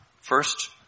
first